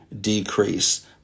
decrease